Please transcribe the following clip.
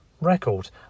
record